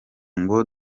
ngo